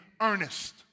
earnest